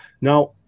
now